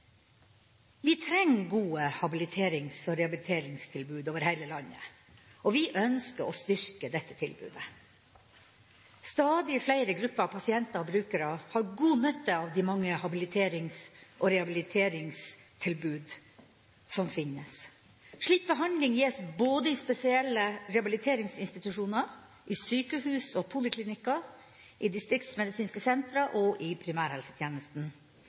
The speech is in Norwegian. Vi trenger gode habiliterings- og rehabiliteringstilbud over hele landet, og vi ønsker å styrke dette tilbudet. Stadig flere grupper av pasienter og brukere har god nytte av de mange habiliterings- og rehabiliteringstilbud som finnes. Slik behandling gis både i spesielle rehabiliteringsinstitusjoner, i sykehus og poliklinikker, i distriktsmedisinske sentra og i primærhelsetjenesten.